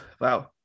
Wow